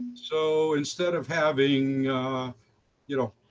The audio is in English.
so instead of having you know,